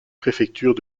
préfecture